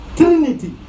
trinity